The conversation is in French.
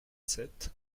sept